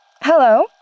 Hello